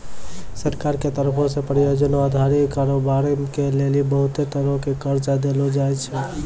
सरकार के तरफो से परियोजना अधारित कारोबार के लेली बहुते तरहो के कर्जा देलो जाय छै